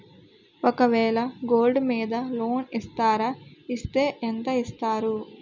ఒక వేల గోల్డ్ మీద లోన్ ఇస్తారా? ఇస్తే ఎంత ఇస్తారు?